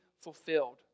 fulfilled